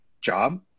job